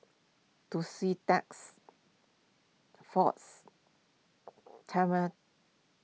Tussidex force